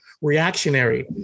reactionary